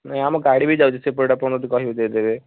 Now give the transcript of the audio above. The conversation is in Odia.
ନାଇଁ ଆମ ଗାଡ଼ି ବି ଯାଉଛି ସେପଟେ ଆପଣ ଯଦି କହିବେ ଦେଇଦେବେ